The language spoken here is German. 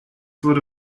wurde